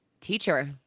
teacher